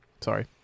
Sorry